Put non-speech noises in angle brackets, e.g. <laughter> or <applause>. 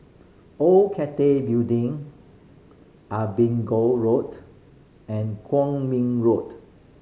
Old Cathay Building <unintelligible> Road and Kwong Min Road